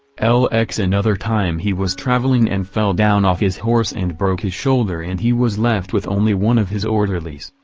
lx another time he was traveling and fell down off his horse and broke his shoulder and he was left with only one of his orderlies.